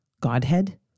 Godhead